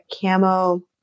camo